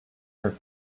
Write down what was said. her